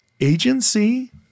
agency